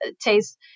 taste